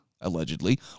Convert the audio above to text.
allegedly